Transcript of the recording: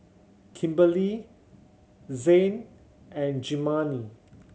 Kimberli Zain and Germaine